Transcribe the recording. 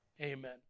amen